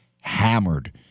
hammered